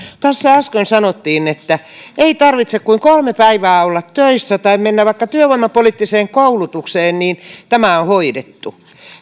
tässä äsken sanottiin että ei tarvitse kuin kolme päivää olla töissä tai mennä vaikka työvoimapoliittiseen koulutukseen niin tämä on hoidettu